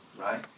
right